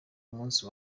y’umunsi